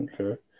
Okay